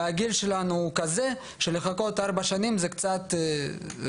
ואנחנו בגיל שבו לחכות ארבע שנים זה קצת בעייתי.